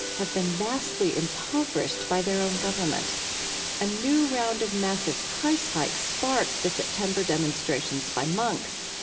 have been vastly impoverished by their own government a new round of massive price hikes sparked the september demonstrations by monks.